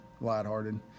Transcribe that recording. lighthearted